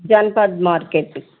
Janpath market